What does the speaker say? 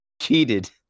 cheated